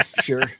sure